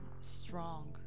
strong